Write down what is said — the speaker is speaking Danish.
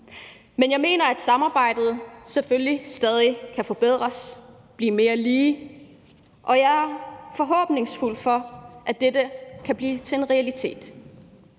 men jeg mener, at samarbejdet selvfølgelig stadig kan forbedres og blive mere lige, og jeg er forhåbningsfuld for, at det kan blive en realitet